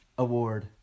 Award